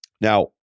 Now